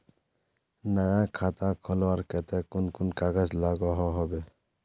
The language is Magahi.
नया खाता खोलवार केते कुन कुन कागज लागोहो होबे?